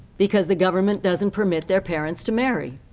because the government doesn't permit their parents to marry.